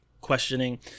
questioning